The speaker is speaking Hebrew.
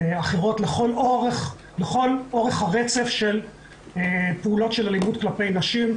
לכל אורך הרצף של פעולות של אלימות כלפי נשים.